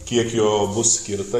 kiek jo bus skirta